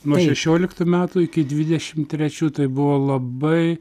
nuo šešioliktų metų iki dvidešimt trečių tai buvo labai